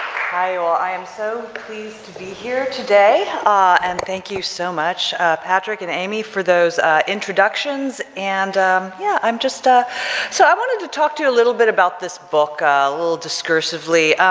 hi. oh, i am so pleased to be here today ah and thank you so much patrick and amy for those introductions and yeah i'm just, ah so i wanted to talk to you a little bit about this book ah a little discursively.